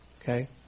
okay